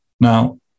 Now